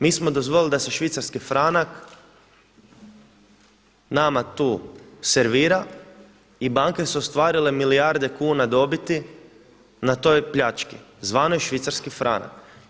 Mi smo dozvolili da se švicarski franak nama tu servira i banke su ostvarile milijarde kuna dobiti na to pljački zvanoj švicarski franak.